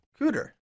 Cooter